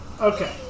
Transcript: Okay